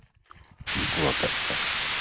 ᱩᱱᱠᱩ ᱦᱚᱛᱮᱫ ᱛᱮ